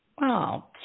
Wow